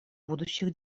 будущих